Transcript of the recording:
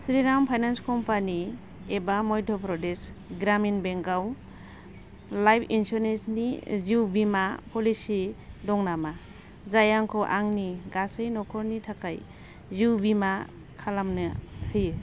Shriram finance company एबा Madhya Pradesh Gramin bank आव life इन्सुरेन्सनि जिउ बीमा प'लिसि दं नामा जाय आंखौ आंनि गासै न'खरनि थाखाय जिउ बीमा खालामनो होयो